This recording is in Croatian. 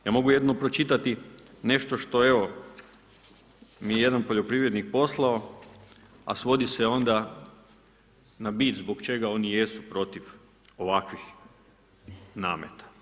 Ja mogu jedino pročitati nešto što evo mi je jedan poljoprivrednik poslao, a svodi se onda na bit zbog čega oni jesu protiv ovakvih nameta.